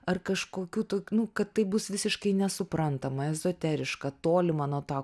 ar kažkokių tok nu kad tai bus visiškai nesuprantama ezoteriška tolima nuo to